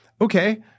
Okay